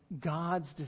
God's